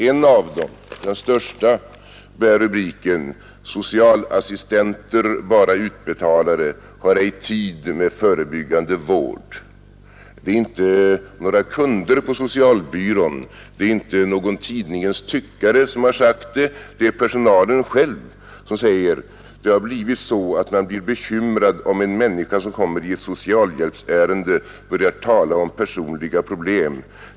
En av dem, den största, bär rubriken ”Socialassistenter bara utbetalare Har ej tid med förebyggande vård”. Det är inte några kunder på socialbyrån och inte någon tidningstyckare som har sagt detta utan det är personalen själv som framhåller, att det har blivit så att man känner sig bekymrad om en människa som kommer i ett socialhjälpsärende börjar tala om personliga problem.